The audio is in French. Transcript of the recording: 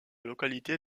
localité